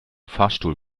fahrstuhl